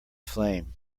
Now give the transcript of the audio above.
flame